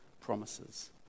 promises